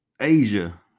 Asia